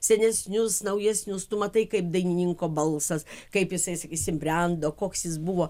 senesnius naujesnius tu matai kaip dainininko balsas kaip jisai sakysim brendo koks jis buvo